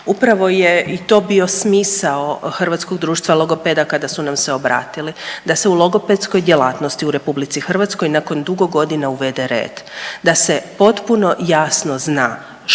upravo je i to bio smisao Hrvatskog društva logopeda kada su nam se obratili, da se u logopedskoj djelatnosti u RH nakon dugo godina uvede red da se potpuno jasno zna što,